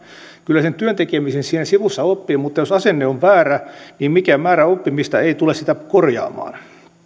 kyllä sen työn tekemisen siinä sivussa oppii mutta jos asenne on väärä niin mikään määrä oppimista ei ei tule sitä korjaamaan